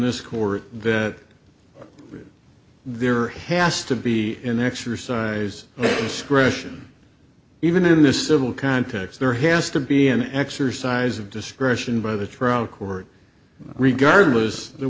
this court that there has to be an exercise discretion even in a civil context there has to be an exercise of discretion by the trial court regardless th